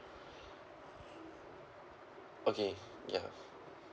okay ya